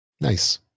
Nice